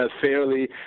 fairly